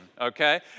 okay